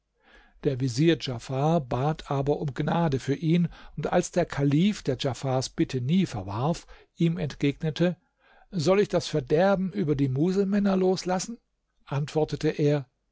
der vezier djafar bat aber um gnade für ihn und als der kalif der djafars bitte nie verwarf ihm entgegnete soll ich das verderben über die muselmänner loslassen antwortete er